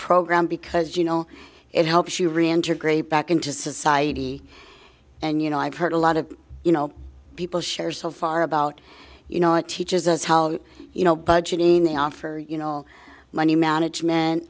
program because you know it helps you reintegrate back into society and you know i've heard a lot of you know people share so far about you know it teaches us how you know budgeting they offer you know money management